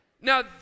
Now